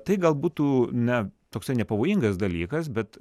tai gal būtų ne toksai nepavojingas dalykas bet